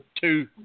Two